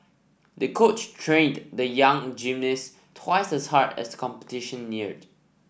the coach trained the young gymnast twice as hard as the competition neared